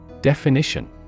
Definition